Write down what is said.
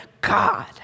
God